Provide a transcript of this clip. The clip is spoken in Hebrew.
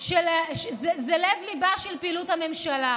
של פעילות הממשלה.